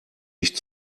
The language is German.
nicht